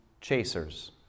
chasers